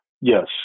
Yes